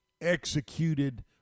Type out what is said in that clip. executed